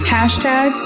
#Hashtag